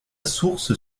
source